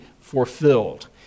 fulfilled